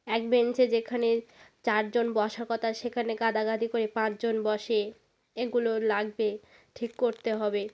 এক বেঞ্চে যেখানে চারজন বসার কথা সেখানে গাদাগাদি করে পাঁচজন বসে এগুলো লাগবে ঠিক করতে হবে